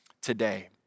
today